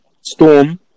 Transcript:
Storm